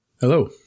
Hello